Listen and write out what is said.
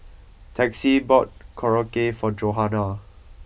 Texie bought Korokke for Johanna